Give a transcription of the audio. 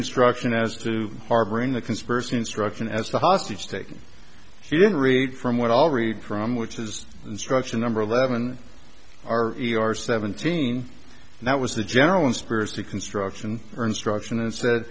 instruction as to harboring the conspiracy instruction as the hostage taking she didn't read from what i'll read from which is instruction number eleven are you your seventeen and that was the general inspires the construction or instruction and said